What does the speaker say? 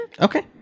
Okay